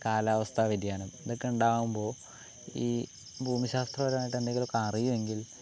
കാലാവസ്ഥ വ്യതിയാനം ഇതൊക്കെ ഉണ്ടാകുമ്പോൾ ഈ ഭൂമിശാസ്ത്രപരമായിട്ട് എന്തെങ്കിലൊക്കെ അറിയുമെങ്കിൽ